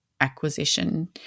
acquisition